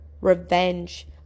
revenge